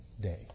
day